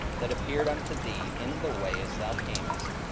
that appeared unto thee in the way as thou camest,